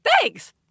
Thanks